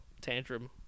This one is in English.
tantrum